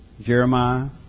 Jeremiah